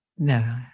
No